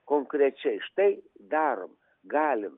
konkrečiai štai darom galim